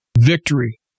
victory